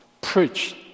preach